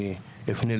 אני אפנה,